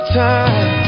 time